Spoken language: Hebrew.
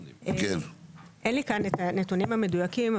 אין לי כאן את הנתונים המדויקים,